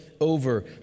over